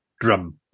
drum